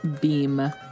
Beam